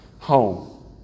home